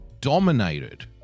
dominated